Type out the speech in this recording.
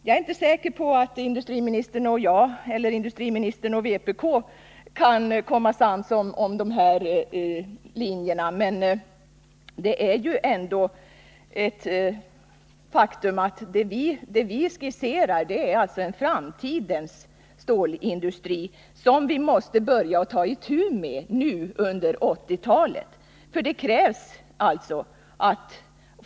Jag är inte säker på att industriministern och vpk kan bli sams om dessa linjer, men faktum är att det vi skisserar är den framtidens stålindustri som vi måste börja ta itu med under 1980-talet.